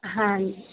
ਹਾਂਜੀ